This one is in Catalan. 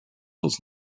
els